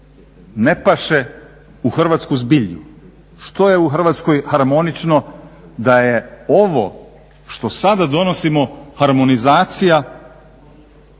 ne paše u hrvatsku zbilju. Što je u Hrvatskoj harmonično da je ovo što sada donosimo harmonizacija,